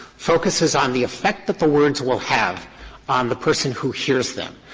focuses on the effect that the words will have on the person who hears them.